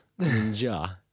ninja